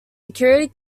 security